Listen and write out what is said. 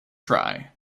try